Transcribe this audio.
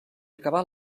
acabar